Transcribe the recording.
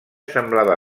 semblava